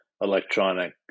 electronic